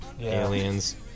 aliens